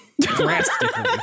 drastically